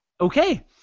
Okay